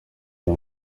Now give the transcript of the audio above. iyo